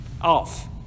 Off